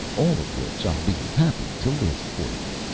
all of which i'll be happy to list for you.